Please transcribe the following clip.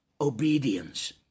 obedience